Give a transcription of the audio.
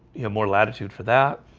you know more latitude for that